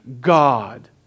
God